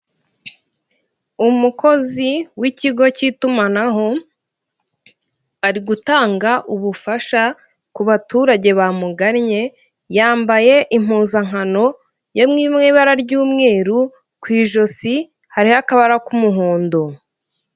Umukozi w'ikigo cy'itumanaho ari gutanga ubufasha ku baturage bamungannye yambaye impuzankano yo mu ibara ry'umweru ku ijosi hariho akabara k'umuhondo.